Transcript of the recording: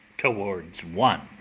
towards one.